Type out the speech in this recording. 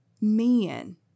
men